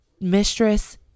mistress